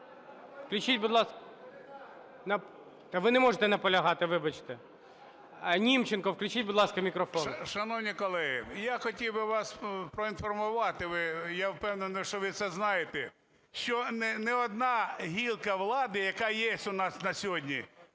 Ви не можете наполягати, вибачте. Німченку включіть, будь ласка, мікрофон. 11:39:00 НІМЧЕНКО В.І. Шановні колеги, я хотів би вас проінформувати. Я впевнений, що ви це знаєте. Що не одна гілка влади, яка є у нас на сьогодні,